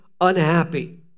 unhappy